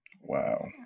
Wow